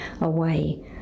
away